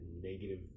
negative